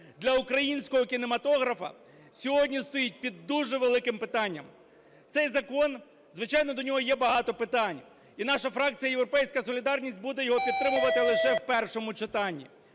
для українського кінематографа, сьогодні стоїть під дуже великим питанням. Цей закон, звичайно, до нього є багато питань. І наша фракція "Європейська солідарність" буде його підтримувати лише в першому читанні,